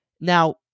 Now